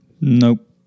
Nope